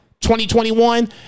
2021